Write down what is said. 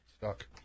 Stuck